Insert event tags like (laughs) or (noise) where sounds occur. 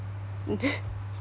(laughs)